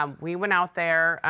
um we went out there.